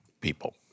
people